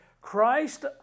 Christ